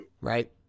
right